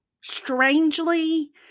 strangely